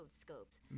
scopes